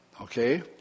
okay